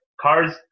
Cars